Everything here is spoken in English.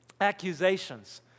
accusations